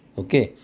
okay